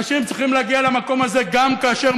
אנשים צריכים להגיע למקום הזה גם כאשר